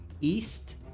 east